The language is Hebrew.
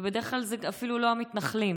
ובדרך כלל זה אפילו לא המתנחלים,